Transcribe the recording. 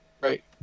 Right